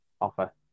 offer